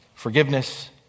Forgiveness